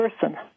person